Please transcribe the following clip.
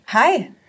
Hi